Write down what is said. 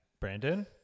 Brandon